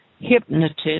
hypnotist